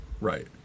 right